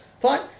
Fine